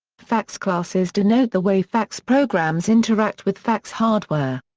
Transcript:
fax classes denote the way fax programs interact with fax hardware.